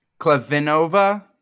Clavinova